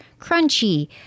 crunchy